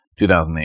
2008